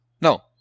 No